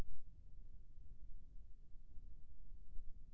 सबले सुघ्घर खाता के प्रकार ला बताव?